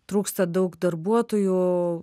trūksta daug darbuotojų